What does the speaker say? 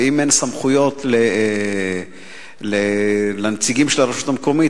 ואם אין סמכויות לנציגים של הרשות המקומית,